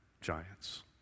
giants